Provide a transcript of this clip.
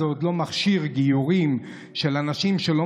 זה עוד לא מכשיר גיורים של אנשים שלא